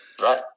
right